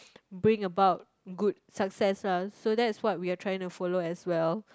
bring about good success ah so that is what we are trying to follow as well